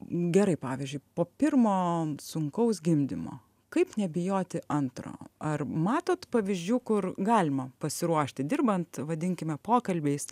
gerai pavyzdžiui po pirmo sunkaus gimdymo kaip nebijoti antro ar matot pavyzdžių kur galima pasiruošti dirbant vadinkime pokalbiais